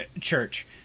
church